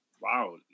Wow